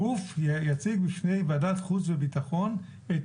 הגוף יציג בפני ועדת חוץ וביטחון את